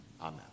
Amen